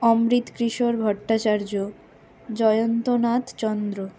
Amritakishore Bhattacharya Jayantanath Chandra